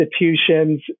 institutions